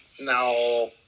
No